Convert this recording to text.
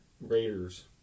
Raiders